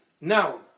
Now